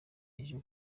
ejo